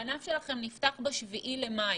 הענף שלכם נפתח ב-7 למאי,